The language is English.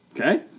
Okay